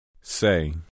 Say